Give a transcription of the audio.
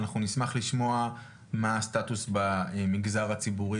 ואנחנו נשמח לשמוע מה הסטטוס במגזר הציבורי